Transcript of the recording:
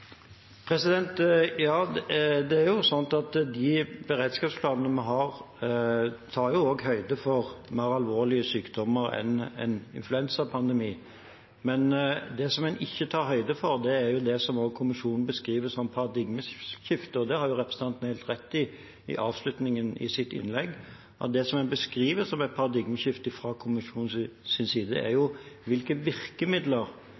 De beredskapsplanene vi har, tar jo også høyde for mer alvorlige sykdommer enn en influensapandemi. Det som en ikke tar høyde for, er det som også kommisjonen beskriver som et paradigmeskifte. Representanten har helt rett i, i avslutningen av sitt innlegg, at det som en beskriver som et paradigmeskifte fra kommisjonens side, er hvilke virkemidler vi er villig til å ta i bruk for å beholde kontrollen over en pandemi. Dette er jo til dels virkemidler